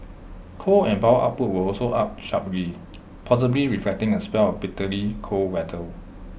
coal and power output were also up sharply possibly reflecting A spell of bitterly cold weather